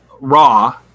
Raw